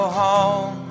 home